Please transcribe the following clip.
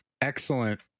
excellent